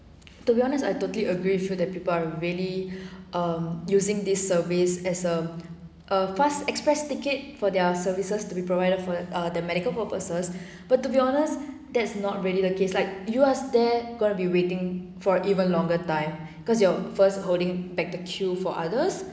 to be honest I totally agree with you that people are really um using this service as a a fast express ticket for their services to be provided for ah the medical purposes but to be honest that's not really the case like leave us there gonna be waiting for even longer time cause you're first holding back the queue for others